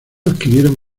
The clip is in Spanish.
adquirieron